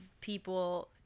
people